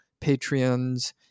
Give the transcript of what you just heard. Patreons